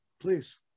Please